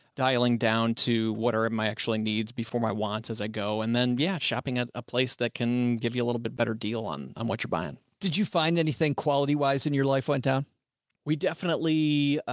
dialing down to what are my actually needs before my wants as i go. and then, yeah, shopping at a place that can give you a little bit better deal on um what you're buying. joe did you find anything quality wise in your life? went down. andy we definitely, ah,